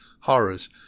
Horrors